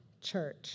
church